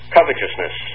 Covetousness